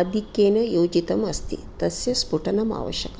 आधिक्येन योजितमस्ति तस्य स्फुटम् आवश्यकम्